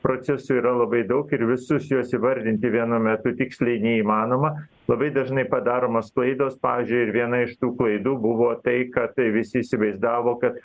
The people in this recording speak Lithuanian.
procesų yra labai daug ir visus juos įvardinti vienu metu tiksliai neįmanoma labai dažnai padaromos klaidos pavyzdžiui ir viena iš tų klaidų buvo tai kad visi įsivaizdavo kad